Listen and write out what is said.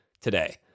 today